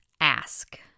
ask